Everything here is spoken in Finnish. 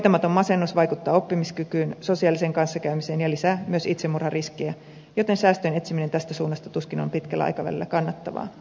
hoitamaton masennus vaikuttaa oppimiskykyyn sosiaaliseen kanssakäymiseen ja lisää myös itsemurhariskiä joten säästöjen etsiminen tästä suunnasta tuskin on pitkällä aikavälillä kannattavaa